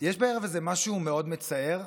יש בערב הזה משהו מאוד מצער,